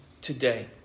today